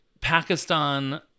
Pakistan